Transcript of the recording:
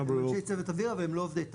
הם אנשי צוות אוויר אבל הם לא עובדי טייס,